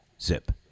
Zip